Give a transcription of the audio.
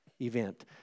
event